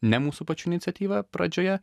ne mūsų pačių iniciatyva pradžioje